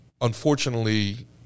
Unfortunately